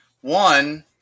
One